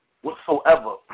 whatsoever